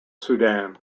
sudan